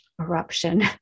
eruption